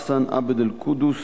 אחסן עבד-אלקודוס,